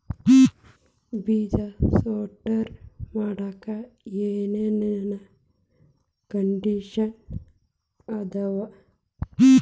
ಬೇಜ ಸ್ಟೋರ್ ಮಾಡಾಕ್ ಏನೇನ್ ಕಂಡಿಷನ್ ಅದಾವ?